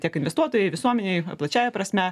tiek investuotojai visuomenėj plačiąja prasme